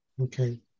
Okay